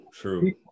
true